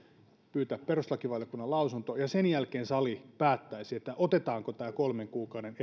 pyytää perustuslakivaliokunnan lausunto sen jälkeen sali päättäisi otetaanko tämä kolmen kuukauden